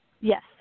Yes